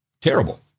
terrible